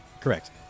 Correct